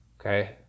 Okay